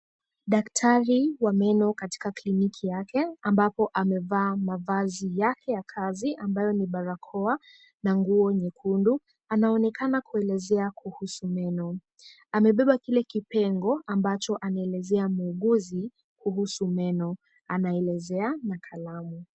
Daktari wa meno katika kliniki yake, ambapo amevaa mavazi yake ya kazi ambayo ni barakoa na nguo nyekundu, anaonekana kuelezea kuhusu meno. Amebeba kile kipengo ambacho anaeleza muuguzi kuhusu meno. Anaelezea na kalamu.